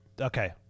Okay